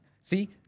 See